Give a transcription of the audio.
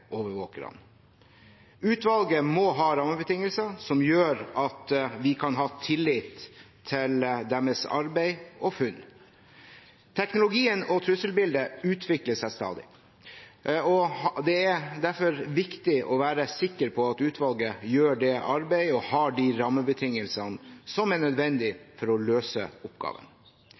overvåkerne. Utvalget må ha rammebetingelser som gjør at vi kan ha tillit til deres arbeid og funn. Teknologien og trusselbildet utvikler seg stadig, og det er derfor viktig å være sikker på at utvalget gjør det arbeidet, og at de har de rammebetingelsene som er nødvendige for å løse oppgaven.